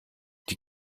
die